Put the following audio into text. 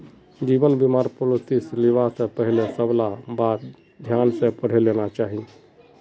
जीवन बीमार पॉलिसीस लिबा स पहले सबला बात ध्यान स पढ़े लेना चाहिए